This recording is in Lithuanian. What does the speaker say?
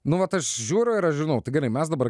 nu vat aš žiūriu ir aš žinau tai gerai mes dabar